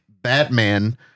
Batman